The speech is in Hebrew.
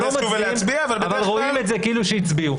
אבל לא מצביעים ורואים את זה כאילו הצביעו.